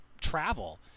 travel